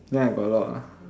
ya I got a lot ah